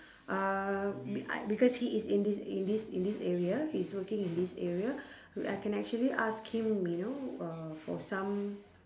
uh be~ I because he is in this in this in this area he's working in this area I can actually ask him you know uh for some